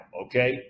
okay